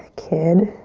kid.